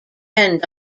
end